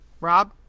Rob